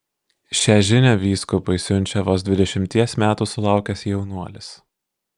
šią žinią vyskupui siunčia vos dvidešimties metų sulaukęs jaunuolis